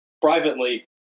privately